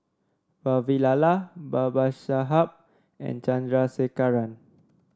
Vavilala Babasaheb and Chandrasekaran